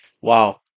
Wow